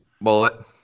Bullet